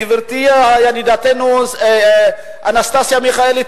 גברתי ידידתנו אנסטסיה מיכאלי,